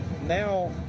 now